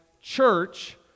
church